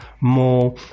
more